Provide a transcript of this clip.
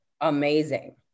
amazing